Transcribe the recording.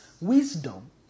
Wisdom